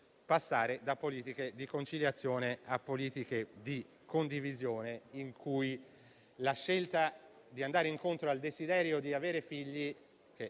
passare da politiche di conciliazione a politiche di condivisione, affinché la scelta di andare incontro al desiderio di avere figli,